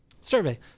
survey